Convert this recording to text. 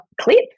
clip